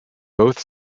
both